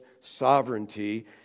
sovereignty